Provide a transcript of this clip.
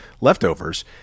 leftovers